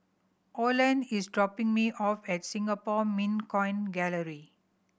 Oland is dropping me off at Singapore Mint Coin Gallery